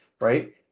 right